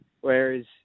whereas